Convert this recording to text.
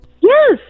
Yes